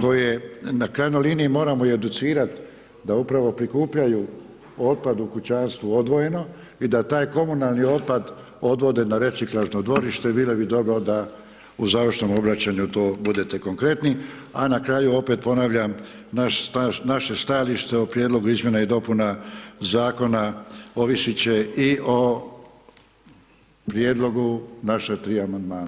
koje na krajnjoj liniji moramo i educirati da upravo prikupljaju otpad u kućanstvu odvojeno i da taj komunalni otpad odvode na reciklažno dvorište, bilo bi dobro da u završnom obraćanju to budete konkretni, a na kraju opet ponavljam, naše stajalište o prijedlogu izmjena i dopuna Zakona ovisiti će i o prijedlogu naša 3 Amandmana.